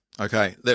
Okay